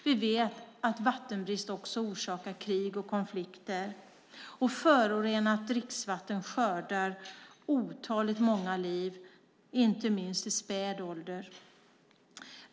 Vi vet att vattenbrist orsakar krig och konflikter. Förorenat dricksvatten skördar otaliga liv, inte minst i späd ålder.